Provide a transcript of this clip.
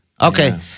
okay